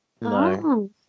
no